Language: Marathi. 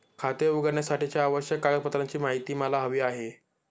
खाते उघडण्यासाठीच्या आवश्यक कागदपत्रांची माहिती मला हवी आहे